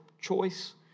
choice